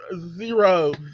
zero